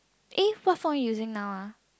eh what phone are you using now ah